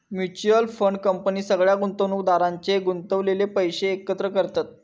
mutual fund company सगळ्या गुंतवणुकदारांचे गुंतवलेले पैशे एकत्र करतत